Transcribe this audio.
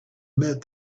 met